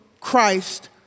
Christ